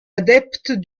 adepte